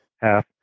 half